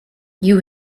you